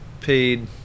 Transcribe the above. paid